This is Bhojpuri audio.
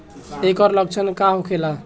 ऐकर लक्षण का होखेला?